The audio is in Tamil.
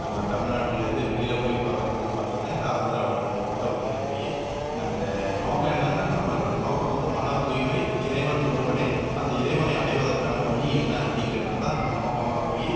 நம்ம தமிழ்நாட்டிலேருந்து வெளியில போய் பார்க்கறதுன்னு பார்த்தீங்கனா இந்த ஆந்திராவில் உள்ள புட்டபர்த்தில போய் நான் அந்த நோக்கம் என்னென்னா நம்மளோட நோக்கம் வந்து மனத்தூய்மை இறைவன் ஒருவனே அந்த இறைவனை அடைவதற்கான வழி என்ன அப்படிங்கிறத தான் நம்ம நோக்கமாக போய்